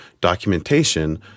documentation